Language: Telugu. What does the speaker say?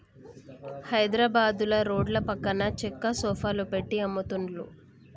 హైద్రాబాదుల రోడ్ల పక్కన చెక్క సోఫాలు పెట్టి అమ్ముతున్లు